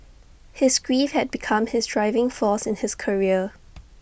his grief had become his driving force in his career